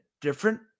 different